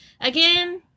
Again